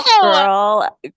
Girl